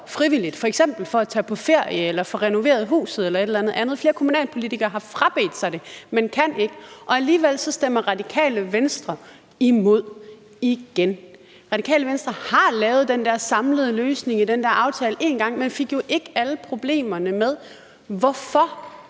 orlov, f.eks. for at tage på ferie eller få renoveret huset eller et eller andet andet. Flere kommunalpolitikere har frabedt sig det, men kan ikke. Alligevel stemmer Radikale Venstre imod igen. Radikale Venstre har lavet den der samlede løsning i den der aftale en gang, men fik jo ikke alle problemerne med. Hvorfor?